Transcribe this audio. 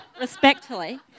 Respectfully